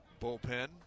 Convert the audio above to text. bullpen